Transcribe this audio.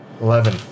Eleven